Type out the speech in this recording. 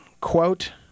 quote